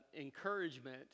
encouragement